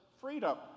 freedom